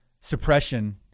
suppression